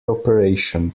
operation